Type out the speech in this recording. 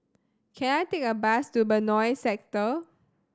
can I take a bus to Benoi Sector